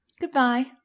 Goodbye